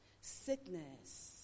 sickness